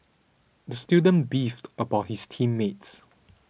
the student beefed about his team mates